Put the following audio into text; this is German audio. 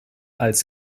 als